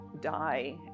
die